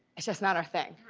it's just not our thing.